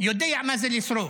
יודע מה זה לשרוף.